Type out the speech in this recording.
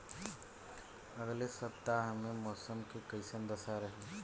अलगे सपतआह में मौसम के कइसन दशा रही?